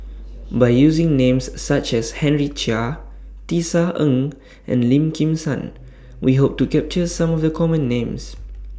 By using Names such as Henry Chia Tisa Ng and Lim Kim San We Hope to capture Some of The Common Names